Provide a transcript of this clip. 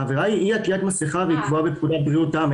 העבירה היא אי עטיית מסכה והיא כבר בפקודת בריאות העם.